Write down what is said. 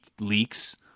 Leaks